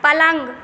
पलङ्ग